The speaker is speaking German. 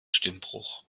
stimmbruch